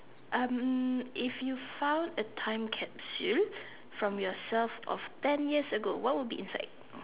um if you found a time capsule from yourself of ten years ago what would be inside